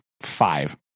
five